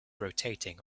rotating